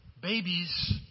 Babies